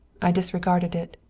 i disregarded it.